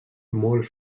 molt